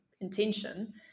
intention